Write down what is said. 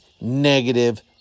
negative